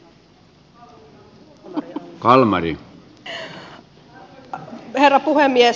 arvoisa herra puhemies